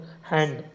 hand